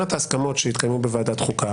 להסכמה,